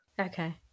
Okay